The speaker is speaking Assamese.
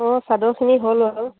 অঁ চাদৰখিনি হ'ল আৰু